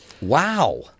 Wow